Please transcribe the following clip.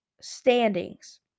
standings